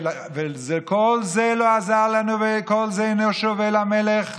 כל זה לא עזר לנו וכל זה אינו שווה למלך,